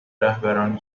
رهبران